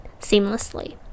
seamlessly